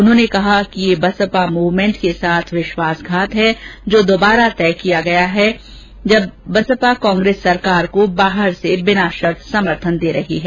उन्होंने कहा कि ये बसपा मूवमेन्ट के साथ विश्वासघात है जो दोबारा तब किया गया है जब बसपा कांग्रेस सरकार को बाहर से बिना शर्त समर्थन दे रही है